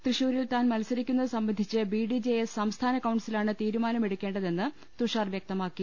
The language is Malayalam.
തൃശൂരിൽ താൻ മത്സ രിക്കുന്നത് സംബന്ധിച്ച് ബി ഡി ജെ എസ് സംസ്ഥാന കൌൺസിലാണ് തീരുമാനമെടുക്കേണ്ടതെന്ന് തുഷാർ വൃക്ത മാക്കി